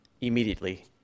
immediately